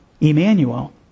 Emmanuel